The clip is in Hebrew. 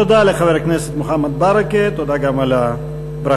תודה לחבר הכנסת מוחמד ברכה, ותודה גם על הברכות.